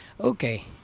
okay